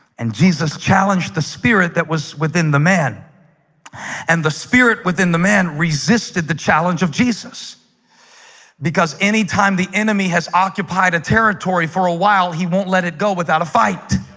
and jesus challenged the spirit that was within the man and the spirit within the man resisted the challenge of jesus because anytime the enemy has occupied a territory for a while. he won't let it go without a fight